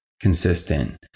consistent